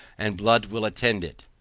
and blood will attend it.